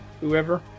whoever